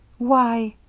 why,